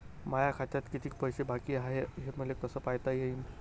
माया खात्यात कितीक पैसे बाकी हाय हे मले कस पायता येईन?